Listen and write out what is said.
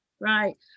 Right